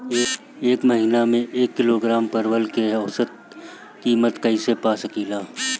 एक महिना के एक किलोग्राम परवल के औसत किमत कइसे पा सकिला?